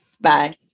Bye